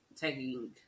taking